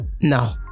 No